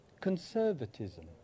conservatism